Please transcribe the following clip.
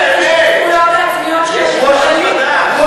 תגיד את האמת, התכוונת לליצמן, לא?